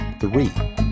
Three